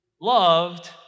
loved